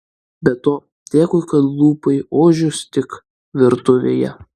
be to dėkui kad lupai ožius tik virtuvėje